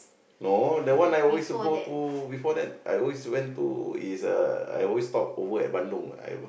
no that one I always go to before that I always went to is uh I always stop over at Bandung I will